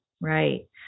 Right